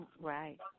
Right